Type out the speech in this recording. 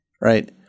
right